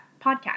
podcast